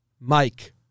Mike